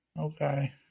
Okay